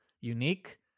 unique